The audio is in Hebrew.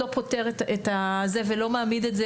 לא פותר את הזה ולא מעמיד את זה,